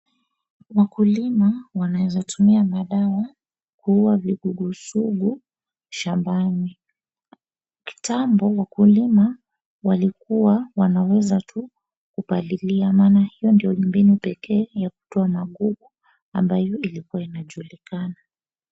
Wakulima waneeza tumia madawa kuuwa vigugu sugu shambani, kitambo wakulima walikuwa wanaweza tu kupalilia maana hiyo ndiyo mbinu pekee ya kutoa magugu ambayo ilikuwa inajulikana.